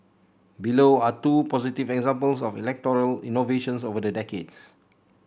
below are two positive examples of electoral innovations over the decades